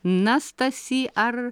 na stasy ar